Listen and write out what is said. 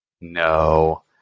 No